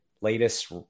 latest